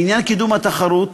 לעניין קידום התחרות,